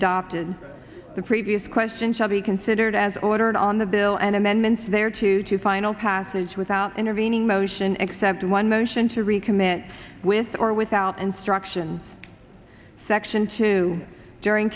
adopted the previous question shall be considered as ordered on the bill and amendments there to two final passage without intervening motion except one motion to recommit with or without instruction section two during